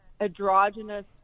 androgynous